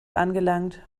angelangt